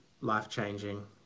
life-changing